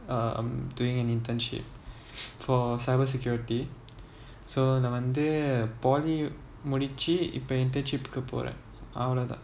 um I'm doing an internship for cyber security so நான் வந்து:naan vanthu uh poly முடிச்சி இப்ப:mudichi ippa internship எடுக்க போறேன்:eduka poren